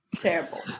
Terrible